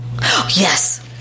yes